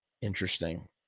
Interesting